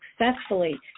successfully